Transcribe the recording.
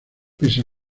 pese